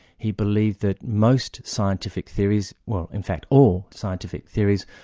he believed that most scientific theories, well in fact all scientific theories,